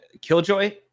Killjoy